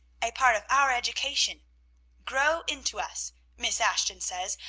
a part of our education grow into us miss ashton says,